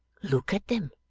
look at them.